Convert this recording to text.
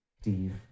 Steve